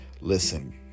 Listen